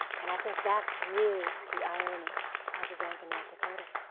and i think that's really the irony of the bank of north dakota.